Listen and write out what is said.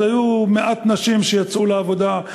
אז היו מעט נשים שיצאו לעבודה,